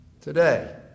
today